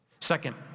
Second